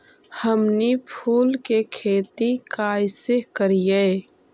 हमनी फूल के खेती काएसे करियय?